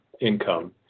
income